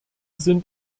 sind